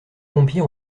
pompiers